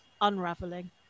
unraveling